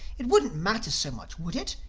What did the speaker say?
it wouldn't matter so much would it,